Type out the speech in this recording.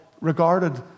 regarded